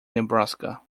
nebraska